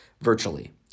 virtually